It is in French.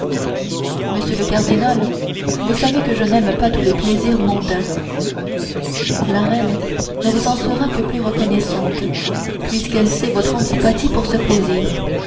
monsieur le cardinal vous savez que je n'aime pas tous les plaisirs mondains la reine ne vous en sera que plus reconnaissante puisqu'elle sait votre antipathie pour ce plaisir